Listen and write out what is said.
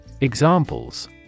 Examples